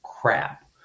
crap